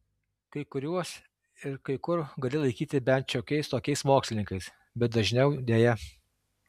kai kuriuos ir kai kur gali laikyti bent šiokiais tokiais mokslininkais bet dažniau deja